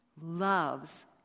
loves